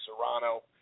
Serrano